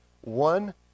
one